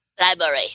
Library